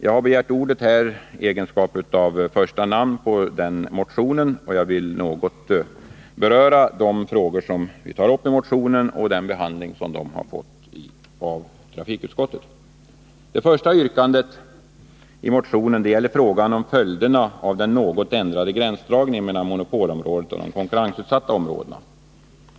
Jag har begärt ordet i egenskap av första namn på denna motion, och jag vill något beröra de frågor som vi tar upp i motionen och den behandling som de har fått i trafikutskottet. Det första yrkandet i motionen gäller frågan om följderna av den något ändrade gränsdragningen mellan monopolområdet och de konkurrensutsatta områdena.